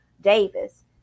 Davis